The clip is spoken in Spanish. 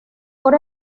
por